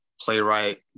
playwright